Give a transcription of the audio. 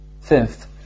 Fifth